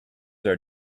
are